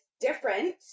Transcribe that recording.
different